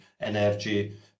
energy